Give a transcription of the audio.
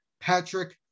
Patrick